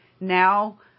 now